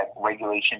regulation